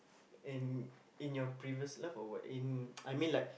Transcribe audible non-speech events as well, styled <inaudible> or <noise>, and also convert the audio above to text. and in your previous life or what in <noise> I mean like